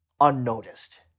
unnoticed